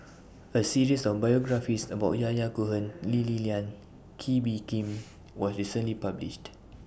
A series of biographies about Yahya Cohen Lee Li Lian Kee Bee Khim was recently published